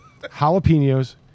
jalapenos